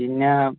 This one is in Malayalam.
പിന്നെ